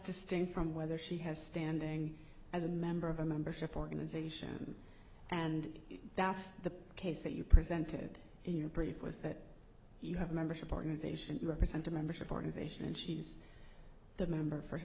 distinct from whether she has standing as a member of a membership organization and that's the case that you presented your brief was that you have a membership organization to represent a membership organization and she's the member for